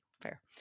Fair